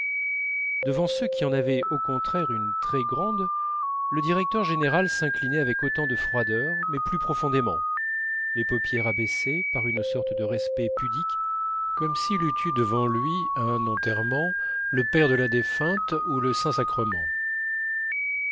devant ceux qui en avaient au contraire une très grande le directeur général s'inclinait avec autant de froideur mais plus profondément les paupières abaissées par une sorte de respect pudique comme s'il eût eu devant lui à un enterrement le père de la défunte ou le saint-sacrement